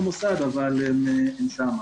הם לא מוסד, אבל הם שם.